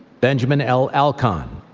benjamin l. alkon,